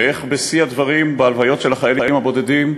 ואיך, בשיא הדברים, בהלוויות של החיילים הבודדים,